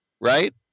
Right